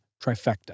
trifecta